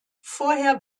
vorher